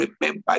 remember